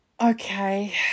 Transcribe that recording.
Okay